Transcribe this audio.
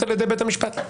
זו הערכה משפטית,